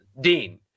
Dean